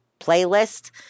playlist